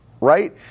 right